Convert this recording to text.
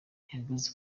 ihagaze